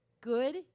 good